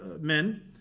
men